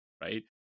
right